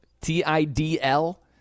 T-I-D-L